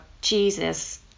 Jesus